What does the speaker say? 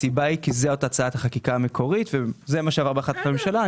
הסיבה היא כי זאת הצעת החקיקה המקורית וזה מה שעבר בהחלטת הממשלה,